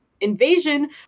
invasion